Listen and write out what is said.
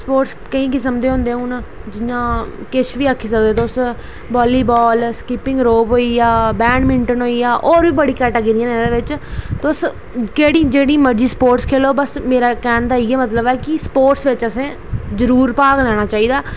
sports केईं किस्म दे होंदे जि'यां किश बी आक्खी सकदे तुस बॉलीवॉल स्कीपिंग रोप होइया बैडमिंटन होई गेआ होर बी कैटेगिरियां हैन एह्दे बिच तुस केह्ड़ी जेह्ड़ी मर्ज़ी स्पोर्टस खेलो मेरा कहने दा मतलब ऐ कि स्पोर्टस बिच असें जरूर भाग लेना चाहिदा